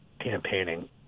campaigning